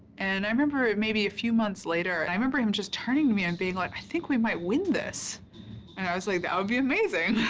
and i remember, maybe a few months later, and i remember him just turning to me and being like i think we might win this and i was like that would ah be amazing